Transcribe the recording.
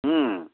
ହୁଁ